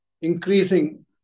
increasing